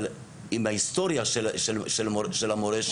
אבל עם ההיסטוריה של המורשת,